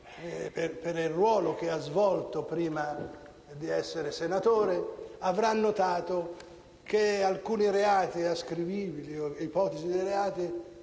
per il ruolo che ha svolto prima di essere senatore - avranno notato che alcuni reati o ipotesi di reato